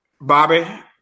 Bobby